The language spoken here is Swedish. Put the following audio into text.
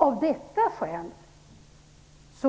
Av detta skäl